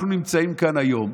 אנחנו נמצאים כאן היום,